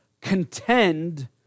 contend